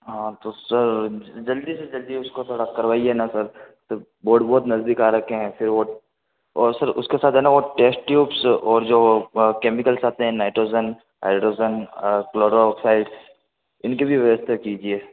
हाँ तो सर जल्दी से जल्दी उसको थोड़ा करवाइए ना सर बोर्ड बहुत नज़दीक आ रखे हैं फिर वो और सर उसके साथ है ना वो टेस्ट ट्यूब्स और जो केमिकल्स आते हैं नाइट्रोजन हाइड्रोजन और क्लोरोक्साइड इन की भी व्यवस्था कीजिए